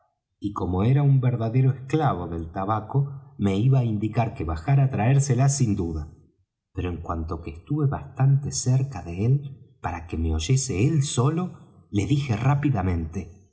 y como era un verdadero esclavo del tabaco me iba á indicar que bajara á traérsela sin duda pero en cuanto que estuve bastante cerca de él para que me oyese él solo le dije rápidamente